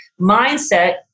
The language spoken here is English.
Mindset